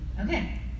Okay